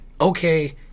Okay